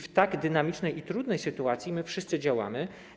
W tak dynamicznej i trudnej sytuacji wszyscy działamy.